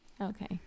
Okay